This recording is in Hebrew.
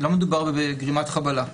עבירות מין,